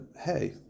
hey